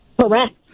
Correct